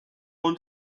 own